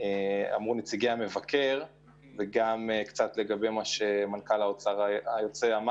לדברי נציגי המבקר ולדבריו של המנכ"ל היוצא.